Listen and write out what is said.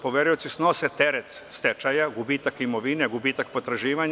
Poverioci snose teret stečaja, gubitak imovine, gubitak potraživanja.